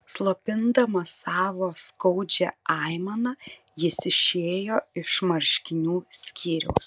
slopindamas savo skaudžią aimaną jis išėjo iš marškinių skyriaus